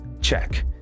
Check